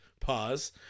Pause